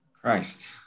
Christ